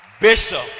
Bishop